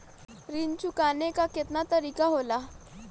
ऋण चुकाने के केतना तरीका होला?